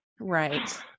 Right